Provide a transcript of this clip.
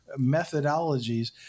methodologies